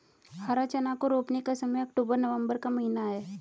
हरा चना को रोपने का समय अक्टूबर नवंबर का महीना है